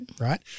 Right